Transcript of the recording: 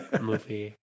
movie